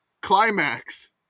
Climax